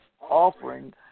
offering